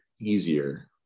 easier